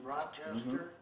Rochester